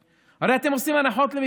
הרי אתם עושים הנחות, סיום, בבקשה.